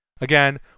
Again